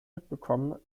mitbekommen